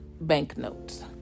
banknotes